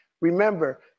Remember